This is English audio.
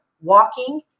walking